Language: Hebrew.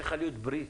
צריכה להיות ברית